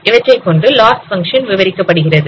இவற்றை கொண்டு loss function விவரிக்கப்படுகிறது